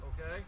Okay